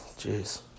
jeez